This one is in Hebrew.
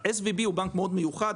ה-SVB הוא בנק מאוד מיוחד,